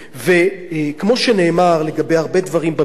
כמו שנאמר לגבי הרבה דברים במשפט,